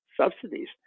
subsidies